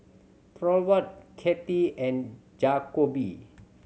Thorwald Katy and Jakobe